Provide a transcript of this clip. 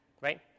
right